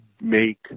make